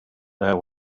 there